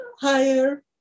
higher